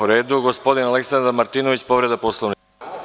U redu, gospodin Aleksandar Martinović, povreda Poslovnika.